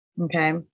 Okay